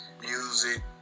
music